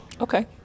Okay